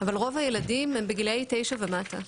אבל רוב הילדים הם בגילאי תשע ומטה,